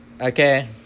Okay